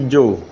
Joe